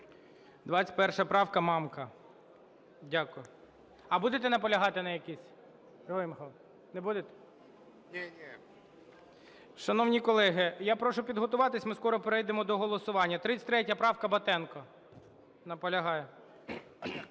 21 правка, Мамка. Дякую. А будете наполягати на якійсь, Григорій Миколайович? Не будете? Шановні колеги, я прошу підготуватися, ми скоро перейдемо до голосування. 33 правка, Батенко. Наполягає.